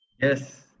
Yes